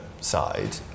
side